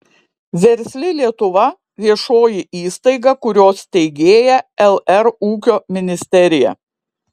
versli lietuva viešoji įstaiga kurios steigėja lr ūkio ministerija